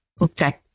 Okay